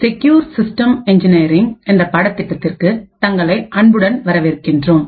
secure system engineering என்ற பாடத்திட்டத்திற்கு தங்களை அன்புடன் வரவேற்கின்றோம்